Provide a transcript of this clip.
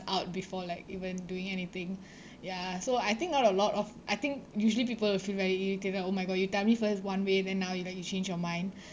out before like even doing anything ya so I think now a lot of I think usually people will feel very irritated oh my god you tell me first one way then now you like you change your mind